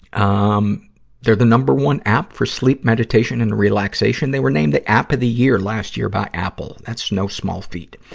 um they're the number one app for sleep, meditation, and relaxation. they were named the app of the year last year by apple that's no small feat.